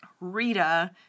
Rita